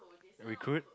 recruit